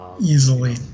easily